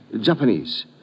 Japanese